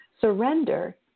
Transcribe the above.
Surrender